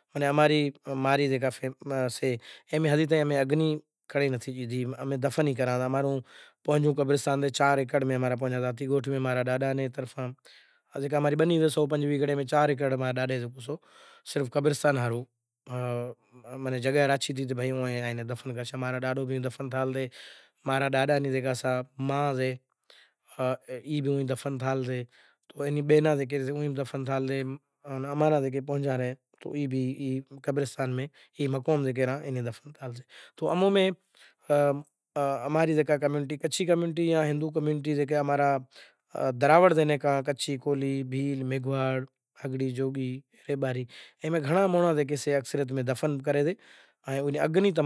ای وچارو ڈوکھے وقت ماتھے مائتراں نی شیوا کرے ان بیماریاں ماں دوائوں بھی سوٹھیوں سوٹھیوں آوے گیوں ایں۔ بیزاں سسٹم میں تمام موٹی عمر ماتھے تمام کریو ڈوکھیا مسئلا ایں۔ باقی بیماریوں تو الاہی نمونے روں تھائے گیوں ایں۔ ایوا ڈوکراں مانڑاں ناں ہنبھارنڑ را ادارا ہوئیں ڈوکراں ناں تو موٹا مانڑاں نیں ہر بیماری تھے، تمام تھے کرے موٹی کوشش لاگی پڑی اے ای ماتھے کام کرے۔ ڈوکراں جاں جانونڑو اوہیں بھی سے۔ ڈوکراں ناں آویں۔ دست الٹیوں بھی تھئی زائیں ایویں بیزیں بیماریں تھے زائیں خاش کرے ڈوکرا ڈوکھیے حالت میں تھے زائیں۔ ایوا ڈوکراں